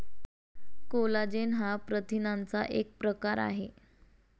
collagen हा प्रथिनांचा एक प्रकार आहे